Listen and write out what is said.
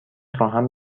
خواهم